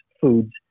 foods